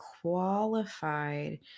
qualified